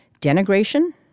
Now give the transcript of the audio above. Denigration